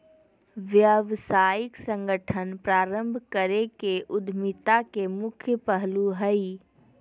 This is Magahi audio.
व्यावसायिक संगठन प्रारम्भ करे के उद्यमिता के मुख्य पहलू हइ